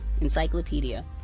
Encyclopedia